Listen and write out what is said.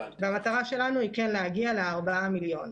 המטרה שלנו היא כן להגיע ל-4 מיליון.